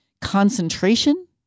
concentration